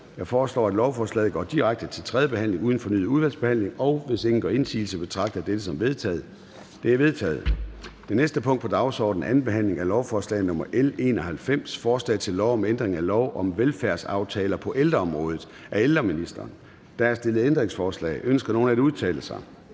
Jeg foreslår, at lovforslaget går direkte til tredje behandling uden fornyet udvalgsbehandling. Hvis ingen gør indsigelse, betragter jeg dette som vedtaget. Det er vedtaget. --- Det næste punkt på dagsordenen er: 34) 2. behandling af lovforslag nr. L 86: Forslag til lov om ændring af lov om sikkerhed ved bestemte idrætsbegivenheder. (Styrket indsats mod hooliganer).